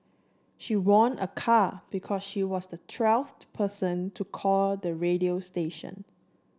she won a car because she was the twelfth person to call the radio station